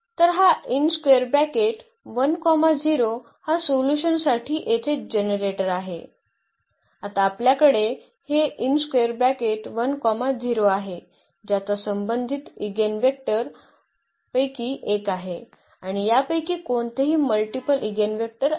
तर हा हा सोल्यूशनसाठी येथे जनरेटर आहे आणि आता आपल्याकडे हे आहे ज्याचा संबंधित इगेनवेक्टर पैकी एक आहे आणि यापैकी कोणतेही मल्टिपल इगेनवेक्टर आहे